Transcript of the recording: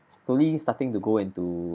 slowly starting to go into~